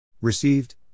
Received